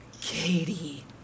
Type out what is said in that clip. katie